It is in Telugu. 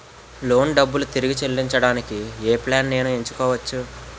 లోన్ డబ్బులు తిరిగి చెల్లించటానికి ఏ ప్లాన్ నేను ఎంచుకోవచ్చు?